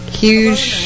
huge